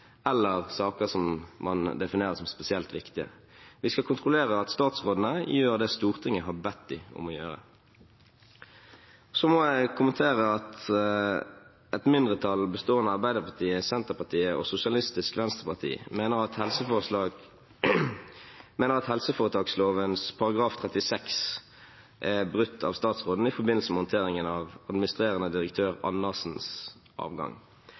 eller saker som man definerer som spesielt viktige. Vi skal kontrollere at statsrådene gjør det som Stortinget har bedt dem om å gjøre. Jeg må kommentere at et mindretall, bestående av Arbeiderpartiet, Senterpartiet og SV, mener at helseforetakslovens § 36 er brutt av statsråden i forbindelse med håndteringen av administrerende direktør Andersens avgang.